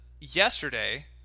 Yesterday